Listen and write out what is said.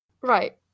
Right